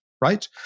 right